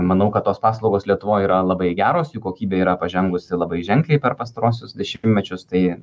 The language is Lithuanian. manau kad tos paslaugos lietuvoj yra labai geros jų kokybė yra pažengusi labai ženkliai per pastaruosius dešimtmečius tai